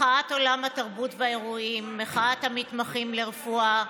מחאת עולם התרבות והאירועים, מחאת המתמחים לרפואה,